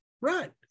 Right